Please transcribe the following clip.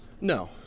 No